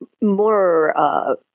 more